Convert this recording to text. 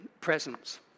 presence